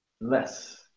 Less